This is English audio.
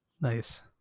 Nice